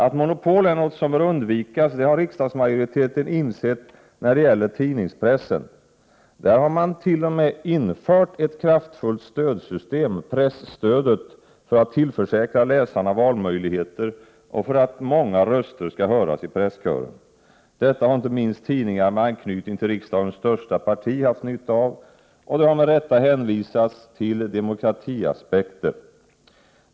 Att monopol är något som bör undvikas har riksdagsmajoriteten insett när det gäller tidningspressen. Där har man t.o.m. infört ett kraftfullt stödsystem —presstödet — för att tillförsäkra läsarna valmöjligheter och för att många röster skall höras i presskören. Detta har inte minst tidningar med anknytning till riksdagens största parti haft nytta av och det har med rätta hänvisats till demokratiaspekter.